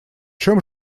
чем